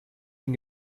den